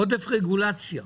עודף רגולציה.